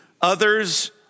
others